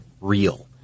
real